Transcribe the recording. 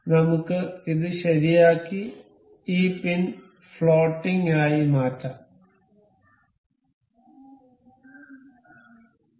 നമുക്ക് ഇത് ശരിയാക്കി ഈ പിൻ ഫ്ലോട്ടിംഗ് ആയി മാറ്റാം ശരി